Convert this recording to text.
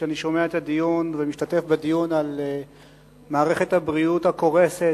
כשאני שומע את הדיון ומשתתף בדיון על מערכת הבריאות הקורסת,